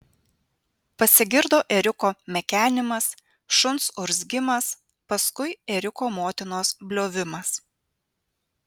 pasigirdo ėriuko mekenimas šuns urzgimas paskui ėriuko motinos bliovimas